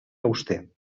auster